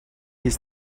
his